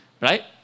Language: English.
Right